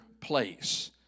place